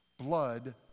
Blood